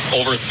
over